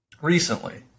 Recently